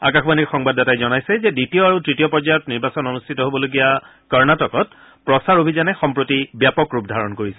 আকাশবাণীৰ সংবাদদাতাই জনাইছে যে দ্বিতীয় আৰু তৃতীয় পৰ্যায়ত নিৰ্বাচন অনুষ্ঠিত হ'বলগীয়া কৰ্ণাটকত প্ৰচাৰ অভিযানে সম্প্ৰতি ব্যাপক ৰূপ ধাৰণ কৰিছে